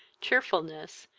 cheerfulness,